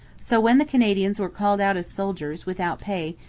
so when the canadians were called out as soldiers, without pay,